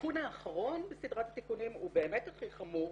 התיקון האחרון בסדרת התיקונים הוא באמת הכי חמור,